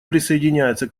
присоединяется